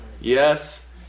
Yes